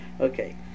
Okay